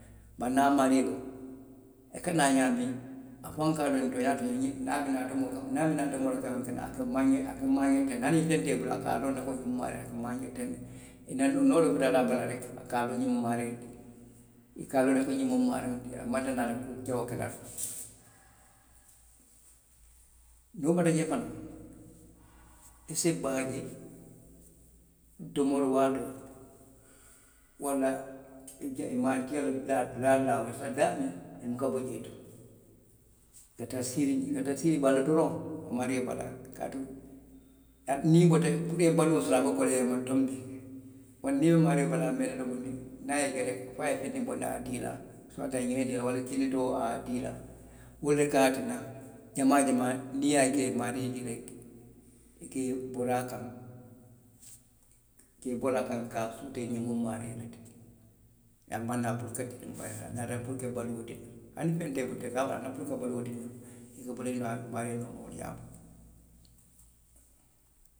Bari niŋ a maario i ka naa ñaamiŋ, a faŋo ka a loŋ ko tooñaa tooñaa ñiŋ niŋ a bi naa niŋ naa domoroo kama la a maa n ñe a ka maa n ñe teŋ ne hani feŋ te n bulu a ka a loŋ ne ko a ka maa n ñe teŋ ne ko a ka maa n ñe teŋ ne a ka a loŋ ne ñiŋ noŋ n maario le ti a maŋ naa kuu jawoo kela n na. Niŋ wo bota jee fanaŋ, a se sii i bala jee domori waatoo walla dulaa woo dulaa daamiŋ i buka bo jee to, i ka tara siiriŋ i ka tara siiriŋ i bala doroŋ, i maario bala kaatu niŋ i bota puru i ye baluo soto a ka koleyaa i ma tonbii bari niŋ i be siiriŋ i maario bala a meeta domondiŋ niŋ a ye i je rek fo a ye fenndiŋ dii i la "inintelligible" waraŋ kini too a ye dii i la, wo le ye a tinna jamaa jamaa, niŋ i ye a je maario je rek i ke bori a kaŋ, ke bori a kaŋ ka a suutee ñiŋ mu n maario le ti, a maŋ naa puru a naata puru ka baluo dii n na, hani feŋ te i bulu a naata le puru ka baluo dii n na.